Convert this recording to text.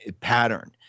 pattern